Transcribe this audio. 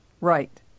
Right